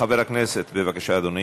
חבר הכנסת אחמד טיבי, בבקשה, אדוני.